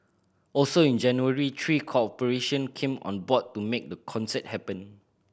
also in January three corporation came on board to make the concert happen